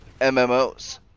MMOs